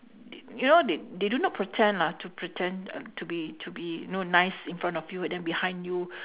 t~ you know they they do not pretend lah to pretend to be to be you know nice in front of you and then behind you